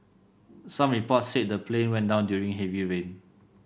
some reports said the plane went down during heavy rain